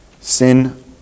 Sin